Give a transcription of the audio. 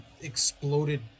exploded